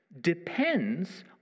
depends